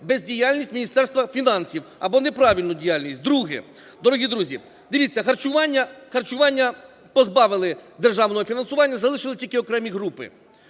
бездіяльність Міністерства фінансів або не правильну діяльність. Друге, дорогі друзі, дивіться, харчування позбавили державного фінансування, залишили тільки окремі групи